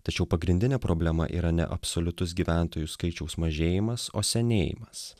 tačiau pagrindinė problema yra ne absoliutus gyventojų skaičiaus mažėjimas o senėjimas